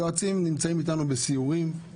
היועצים נמצאים איתנו בסיורים.